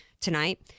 tonight